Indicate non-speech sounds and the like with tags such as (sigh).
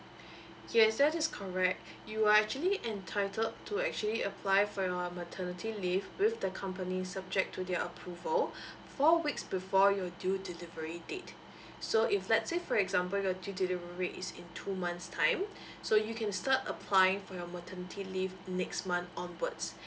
(breath) yes that is correct (breath) you are actually entitled to actually apply for your maternity leave with the company subject to their approval (breath) four weeks before your due delivery date (breath) so if let's say for example your due delivery date is in two months time (breath) so you can start applying for your maternity leave next month onwards (breath)